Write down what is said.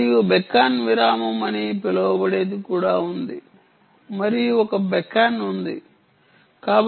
మరియు బెకన్ విరామం అని పిలువబడేది కూడా ఉంది మరియు ఒక బెకన్ ఉంది చూడండి సమయం 7212